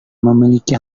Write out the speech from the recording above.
memiliki